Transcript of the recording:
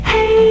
Hey